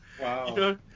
Wow